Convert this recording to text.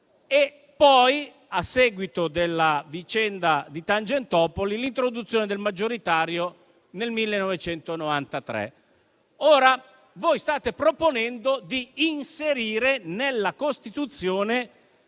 e poi, a seguito della vicenda di Tangentopoli, l'introduzione del maggioritario nel 1993. Ora, voi state proponendo di inserire nella Costituzione